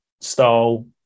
style